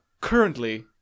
currently